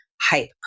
hype